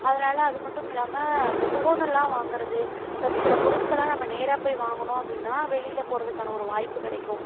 அதனால அது மட்டும் இல்லாமல் ஃபோனெல்லாம் வாங்கறது இப்போ சில பொருட்களாம் நம்ம நேராக போய் வாங்கினோம் அப்படின்னா வெளியில் போகிறதுக்கான ஒரு வாய்ப்பு கிடைக்கும்